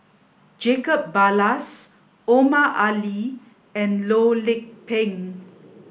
Jacob Ballas Omar Ali and Loh Lik Peng